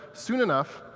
soon enough,